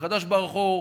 הקדוש-ברוך-הוא,